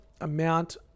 amount